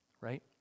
right